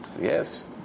yes